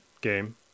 game